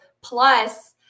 Plus